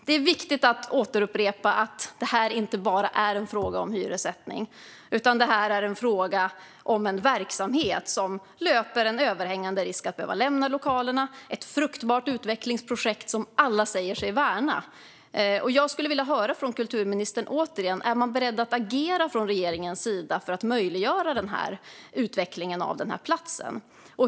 Det är viktigt att upprepa att detta inte bara är en fråga om hyressättning utan en fråga om ett fruktbart utvecklingsprojekt som alla säger sig värna och en verksamhet som löper en överhängande risk att behöva lämna lokalerna. Jag skulle vilja höra från kulturministern, återigen, om man från regeringens sida är beredd att agera för att möjliggöra utvecklingen av den här platsen.